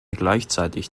gleichzeitig